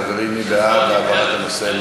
חברים, מי בעד העברת הנושא?